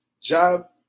job